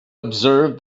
observe